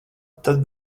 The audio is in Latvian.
tad